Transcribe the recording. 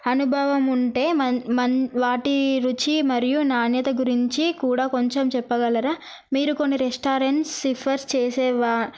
అనుభవం ఉంటే వాటి రుచి మరియు నాణ్యత గురించి కూడా కొంచెం చెప్పగలరా మీరు కొన్ని రెస్టారెంట్స్ సిఫారస్ చేసే